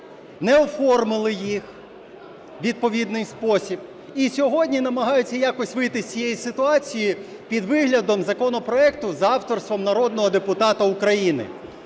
не оформили їх у відповідний спосіб і сьогодні намагаються якось вийти з цієї ситуації під виглядом законопроекту за авторством народного депутата України.